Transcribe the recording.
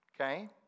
Okay